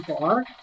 bar